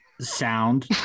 sound